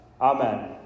Amen